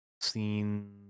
seen